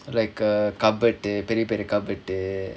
like a cupboard பெரிய பெரிய:periya periya cupboard